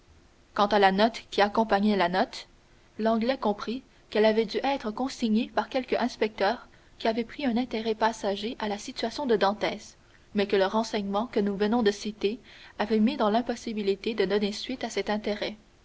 quant à la note qui accompagnait la note l'anglais comprit qu'elle avait dû être consignée par quelque inspecteur qui avait pris un intérêt passager à la situation de dantès mais que le renseignement que nous venons de citer avait mis dans l'impossibilité de donner suite à cet intérêt